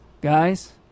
guys